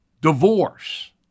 divorce